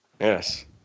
Yes